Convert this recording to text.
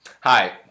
hi